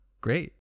Great